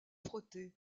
frotter